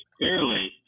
clearly